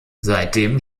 seitdem